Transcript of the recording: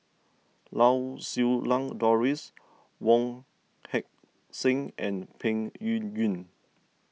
Lau Siew Lang Doris Wong Heck Sing and Peng Yuyun